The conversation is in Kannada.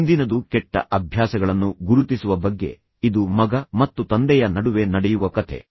ಮುಂದಿನದು ಕೆಟ್ಟ ಅಭ್ಯಾಸಗಳನ್ನು ಗುರುತಿಸುವ ಬಗ್ಗೆ ಇದು ಮಗ ಮತ್ತು ತಂದೆಯ ನಡುವೆ ನಡೆಯುವ ಕಥೆ